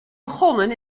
begonnen